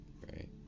right